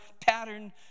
pattern